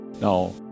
now